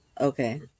Okay